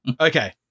Okay